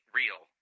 real